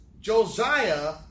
Josiah